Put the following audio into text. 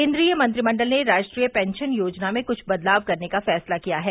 केन्द्रीय मंत्रिमंडल ने राष्ट्रीय पेंशन योजना में कुछ बदलाव करने का फैसला किया है